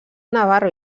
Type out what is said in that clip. navarro